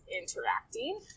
interacting